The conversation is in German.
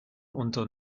unter